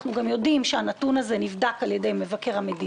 אנחנו גם יודעים שהנתון הזה נבדק על ידי מבקר המדינה,